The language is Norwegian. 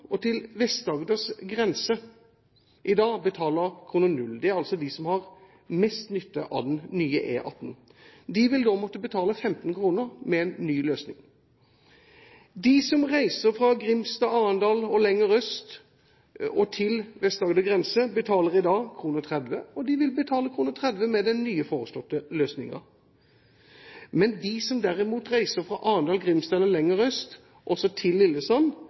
Lillesand til Vest-Agders grense i dag, betaler kroner null. Det er altså de som har mest nytte av den nye E18. De vil måtte betale 15 kr med den nye løsningen. De som reiser fra Grimstad, Arendal og lenger øst og til Vest-Agders grense, betaler i dag 30 kr, og de vil betale 30 kr med den nye, foreslåtte løsningen. Men de som derimot reiser fra Arendal, Grimstad eller lenger øst og